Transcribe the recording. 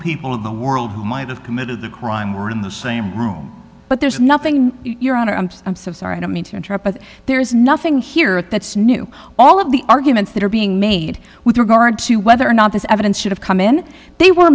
people of the world who might have committed the crime were in the same room but there's nothing your honor and i'm sorry i don't mean to interrupt but there is nothing here at that's new all of the arguments that are being made with regard to whether or not this evidence should have come in they were